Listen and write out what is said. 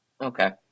okay